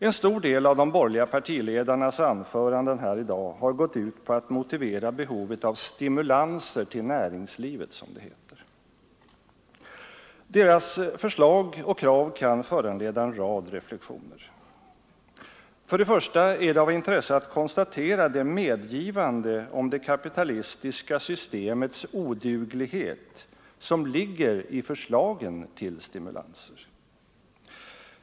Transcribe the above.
En stor del av de borgerliga partiledarnas anföranden här i dag har gått ut på att motivera behovet av stimulanser till näringslivet, som det heter. Deras förslag och krav kan föranleda en rad reflexioner. För det första är det av intresse att konstatera det medgivande om det kapitalistiska systemets oduglighet som ligger i förslagen om stimulanser.